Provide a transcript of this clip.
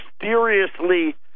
mysteriously